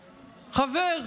חבר,